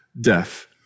death